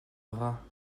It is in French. bras